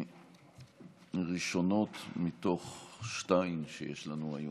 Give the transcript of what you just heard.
תקנות ראשונות מתוך שתיים שיש לנו היום.